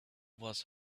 was